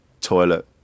toilet